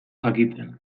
jakiten